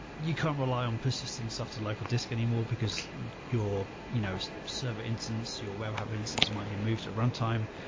you can't rely on persisting stuff to local disc anymore because your you know so server instance, your warehouse instance might be moved at runtime.